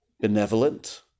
benevolent